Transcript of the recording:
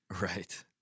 right